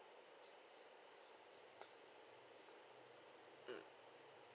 mm